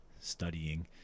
studying